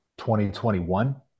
2021